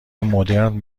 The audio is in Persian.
مدرن